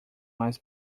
mais